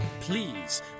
Please